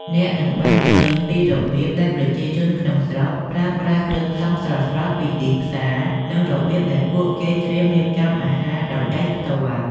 អ្នកនឹងបានឃើញពីរបៀបដែលប្រជាជនក្នុងស្រុកប្រើប្រាស់គ្រឿងផ្សំស្រស់ៗពីទីផ្សារ និងរបៀបដែលពួកគេត្រៀមរៀបចំអាហារដោយដៃផ្ទាល់។